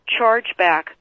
chargeback